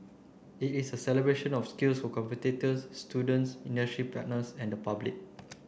it is a celebration of skills for competitors students industry partners and the public